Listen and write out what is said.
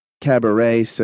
cabaret